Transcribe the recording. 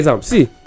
See